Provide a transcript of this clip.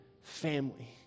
family